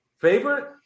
Favorite